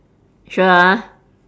sure ah